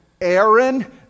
Aaron